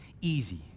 easy